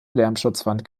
lärmschutzwand